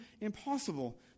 impossible